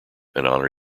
honour